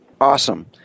Awesome